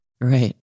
right